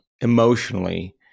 emotionally